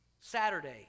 Saturday